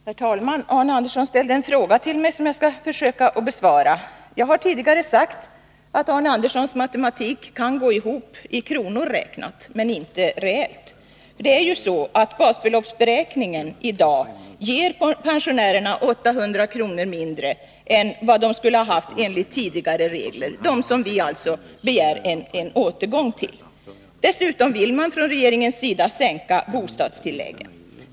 Herr talman! Arne Andersson i Gustafs ställde en fråga till mig, som jag skall försöka besvara. Jag har tidigare sagt att Arne Anderssons matematik kan gå ihop i kronor räknat, men inte reellt. Basbeloppsberäkningen i dag ger nämligen pensionärerna 800 kr. mindre än de skulle ha haft enligt tidigare regler — dem som vi alltså begär en återgång till. Dessutom vill regeringen sänka bostadstillägget.